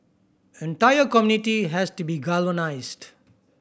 entire community has to be galvanised